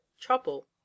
trouble